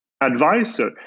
advisor